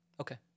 Okay